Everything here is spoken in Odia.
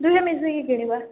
ଦୁହେଁ ମିଶିକି କିଣିବା